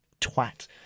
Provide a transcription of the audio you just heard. twat